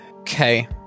okay